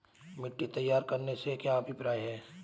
मिट्टी तैयार करने से क्या अभिप्राय है?